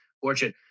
fortune